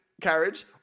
Carriage